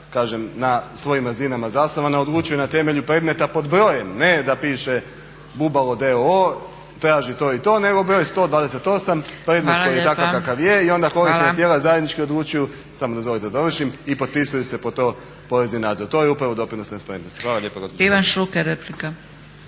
tijela na svojim razinama zasnovana odlučuju na temelju predmeta pod brojem, ne da piše Bubalo d.o.o. traži to i to nego broj 128 predmet koji je takav kakav je i onda kolektivna tijela zajednički odlučuju i potpisuju se po to porezni nadzor, to je upravo doprinos transparentnosti. Hvala lijepo.